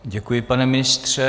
Děkuji, pane ministře.